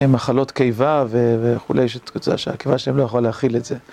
מחלות קיבה וכולי, יש קצה שהקיה שלהם לא יכולה להכיל את זה.